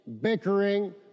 bickering